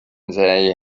they